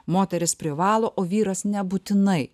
moteris privalo o vyras nebūtinai